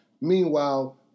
Meanwhile